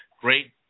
great